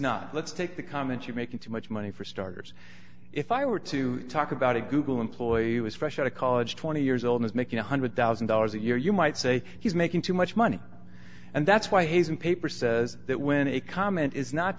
not let's take the comment you making too much money for starters if i were to talk about a google employee was fresh out of college twenty years old is making one hundred thousand dollars a year you might say he's making too much money and that's why he's in paper says that when a comment is not